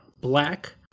Black